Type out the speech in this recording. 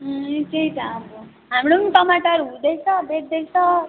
ए त्यही त अब हाम्रो पनि टमाटर हुँदैछ बेच्दैछ